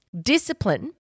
Discipline